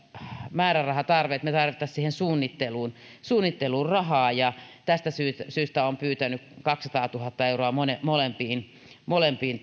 määrärahatarve että me tarvitsisimme siihen suunnitteluun suunnitteluun rahaa tästä syystä olen pyytänyt kaksisataatuhatta euroa molempiin molempiin